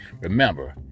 remember